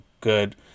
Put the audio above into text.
good